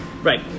Right